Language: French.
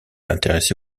intéressé